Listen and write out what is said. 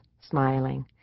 smiling